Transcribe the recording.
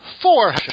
Four